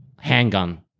handgun